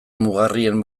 mugarrien